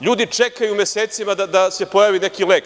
Ljudi čekaju mesecima da se pojavi neki lek.